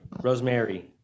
rosemary